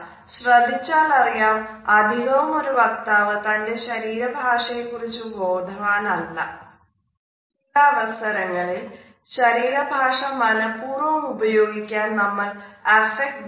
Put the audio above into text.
ശ്രദ്ധിച്ചാൽ അറിയാം അധികവും ഒരു വക്താവ് തന്റെ ശരീര ഭാഷയെ കുറിച്ച ബോധവാനല്ല